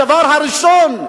הדבר הראשון,